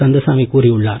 கந்தசாமி கூறியுள்ளார்